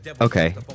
Okay